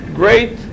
great